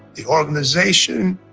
the organization,